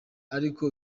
ariko